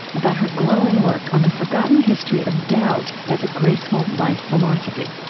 about her glowing work on the forgotten history of doubt as a graceful life philosophy